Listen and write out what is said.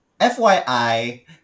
FYI